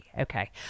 okay